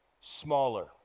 smaller